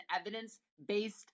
evidence-based